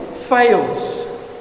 fails